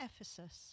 Ephesus